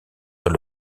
dans